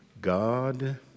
God